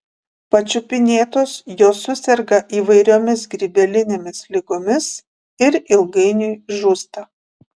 pačiupinėtos jos suserga įvairiomis grybelinėmis ligomis ir ilgainiui žūsta